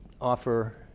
offer